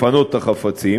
לפנות את החפצים.